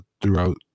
throughout